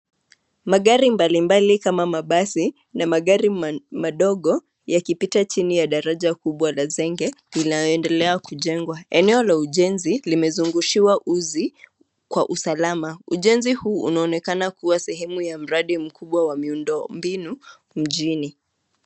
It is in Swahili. Magari mbalimbali kama mabasi na magari madogo yakipita chini ya daraja kubwa la zenge linaloendelea kujengwa. Eneo la ujenzi limezungushiwa uzi kwa usalama. Ujenzi huu unaonekana kua sehemu ya mradi mkubwa wa miundombinu mjini.